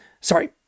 sorry